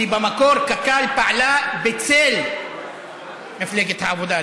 כי במקור קק"ל פעלה בצל מפלגת העבודה,